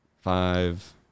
five